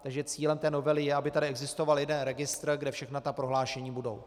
Takže cílem novely je, aby tady existoval jeden registr, kde všechna prohlášení budou.